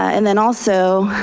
and then also,